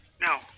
No